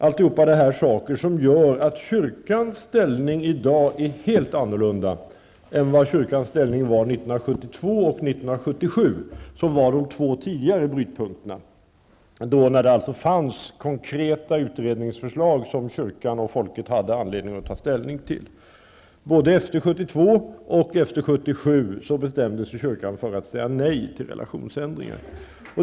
Alla dessa saker gör att kyrkans ställning i dag är en helt annan än den var 1972 och 1977 -- de två tidigare brytpunkterna, då det fanns konkreta utredningsförslag som kyrkan och folket hade anledning att ta ställning till. Både efter 1972 och efter 1977 bestämde sig kyrkan för att säga nej till relationsändringar.